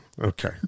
Okay